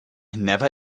never